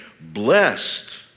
blessed